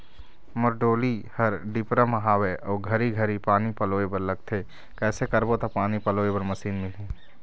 मोर डोली हर डिपरा म हावे अऊ घरी घरी पानी पलोए बर लगथे कैसे करबो त पानी पलोए बर मशीन मिलही?